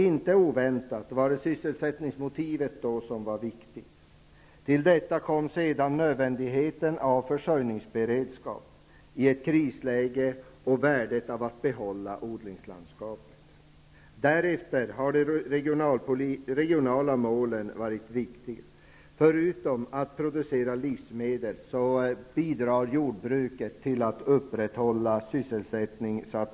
Inte oväntat var sysselsättningsmotivet viktigt. Till detta kom nödvändigheten av försörjningsberedskap i ett krisläge och värdet av att behålla odlingslandskapet. Därtill har även de regionala målen varit viktiga. Förutom att producera livsmedel bidrar jordbruket till att upprätthålla sysselsättningen.